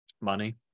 Money